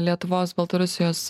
lietuvos baltarusijos